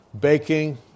baking